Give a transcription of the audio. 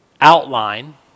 outline